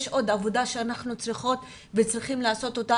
יש עוד עבודה שאנחנו צריכות וצריכים לעשות אותה